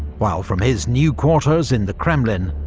while from his new quarters in the kremlin,